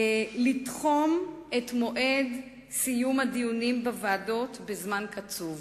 לתחום את מועד סיום הדיונים בוועדות בזמן קצוב.